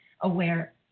aware